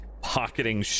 Pocketing